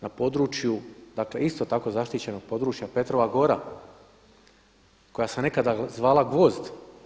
Na području, dakle isto tako zaštićenog područja Petrova gora koja se nekada zvala Gvozd.